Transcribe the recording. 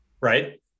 Right